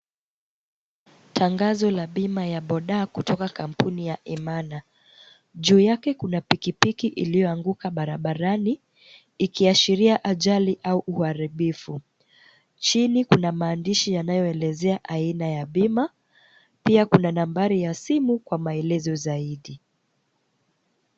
Tangazo ya bima ya boda kutoka kwa kampuni ya Imana. Juu yake kuna pikipiki iliyoanguka barabarani, ikiashiria ajali au uharibifu. Chini kuna maandishi yanayoeleza aina ya bima, pia kuna nambari ya simu kwa maelezo zaidi.